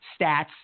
stats